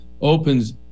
opens